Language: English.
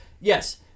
yes